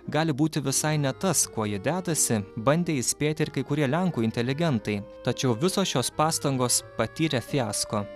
gali būti visai ne tas kuo jie dedasi bandė įspėti ir kai kurie lenkų inteligentai tačiau visos šios pastangos patyrė fiasko